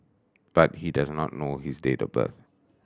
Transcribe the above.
but he does not know his date of birth